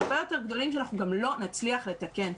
הרבה יותר גדולים שאנחנו גם לא נצליח לתקן.